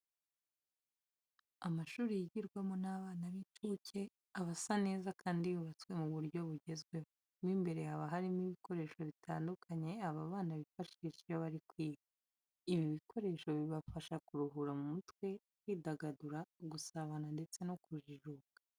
Amashuri yigirwamo n'abana b'incuke aba asa neza kandi yubatswe mu buryo bugezweho. Mo imbere haba harimo ibikoresho bitandukanye aba bana bifashisha iyo bari kwiga. Ibi bikoresho bibafasha kuruhura mu mutwe, kwidagadura, gusabana ndetse no kujijuka.